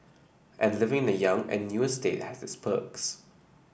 and living in the young and new estate has its perks